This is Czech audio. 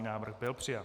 Návrh byl přijat.